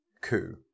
coup